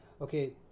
Okay